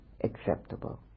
acceptable